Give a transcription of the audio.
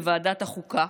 בוועדת החוקה,